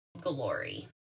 Glory